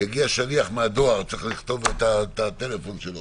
הסמכות של הממשלה לקבוע בתקנות לעתיד לבוא